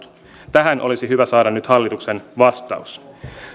tähän olisi hyvä saada nyt hallituksen vastaus